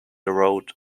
road